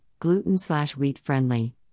gluten-slash-wheat-friendly